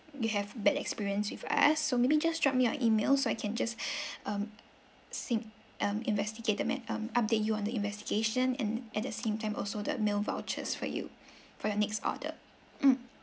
you have bad experience with us so maybe just drop me your email so I can just um sync um investigate the mat~ um update you on the investigation and at the same time also the meal vouchers for you for your next order mm